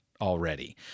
already